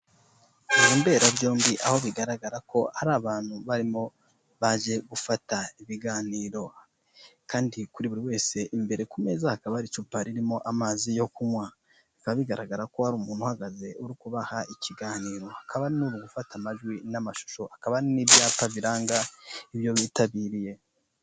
Mu mbera byombi, aho bigaragara ko hari abantu barimo baje gufata ibiganiro, kandi kuri buri wese imbere ku meza hakaba hari icupa ririmo amazi yo kunywa. Bikaba bigaragara ko hari umuntu uhagaze uri kubaha ikiganiro, hakaba hari n'umuntu uri gufata amajwi n'amashusho. Hakaba n'ibyapa biranga ibyo bitabiriye.